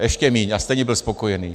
Ještě méně, a stejně byl spokojený.